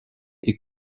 est